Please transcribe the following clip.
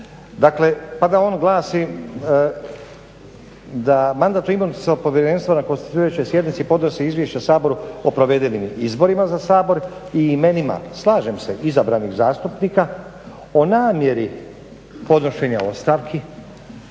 dakle pa da on glasi da Mandatno-imunitetno povjerenstvo na konstituirajućoj sjednici podnosi izvješća Saboru o provedenim izborima za Sabor i imenima. Slažem se izabranih zastupnika o namjeri podnošenja ostavki